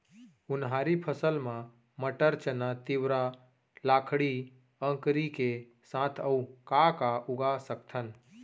उनहारी फसल मा मटर, चना, तिंवरा, लाखड़ी, अंकरी के साथ अऊ का का उगा सकथन?